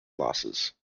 losses